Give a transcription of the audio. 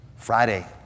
Friday